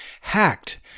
Hacked